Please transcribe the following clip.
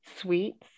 sweets